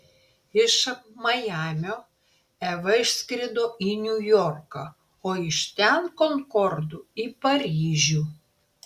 iš majamio eva išskrido į niujorką o iš ten konkordu į paryžių